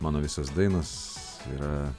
mano visos dainos yra